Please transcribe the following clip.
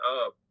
up